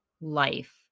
life